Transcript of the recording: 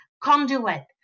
conduit